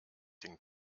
den